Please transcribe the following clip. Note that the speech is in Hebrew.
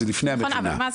זה לפני המכינה.